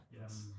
Yes